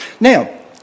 Now